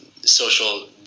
social